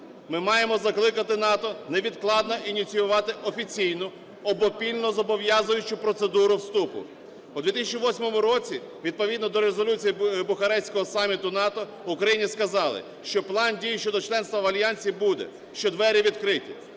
Ми маємо закликати НАТО невідкладно ініціювати офіційну, обопільно зобов'язуючу процедуру вступу. У 2008 році відповідно до резолюції Бухарестського саміту НАТО Україні сказали, що План дій щодо членства в Альянсі буде, що двері відкриті.